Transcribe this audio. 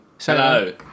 Hello